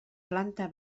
planta